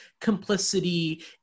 complicity